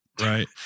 Right